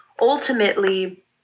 ultimately